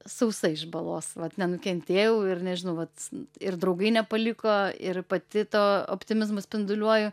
sausa iš balos vat nenukentėjau ir nežinau vat ir draugai nepaliko ir pati to optimizmu spinduliuoju